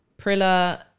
Prilla